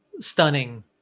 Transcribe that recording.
Stunning